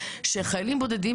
שחיילים בודדים,